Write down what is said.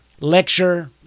lecture